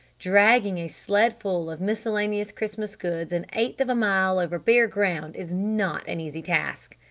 dragging a sledful of miscellaneous christmas goods an eighth of a mile over bare ground is not an easy task.